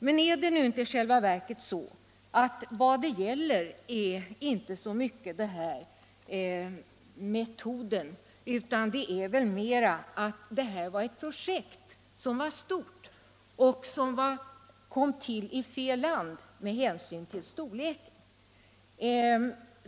Men är det inte i själva verket så att det inte så mycket gäller metoden utan mer att det här var ett projekt som utskottsmajoriteten anser vara för stort och tillkommet i fel land?